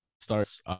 starts